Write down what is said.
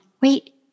Wait